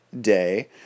day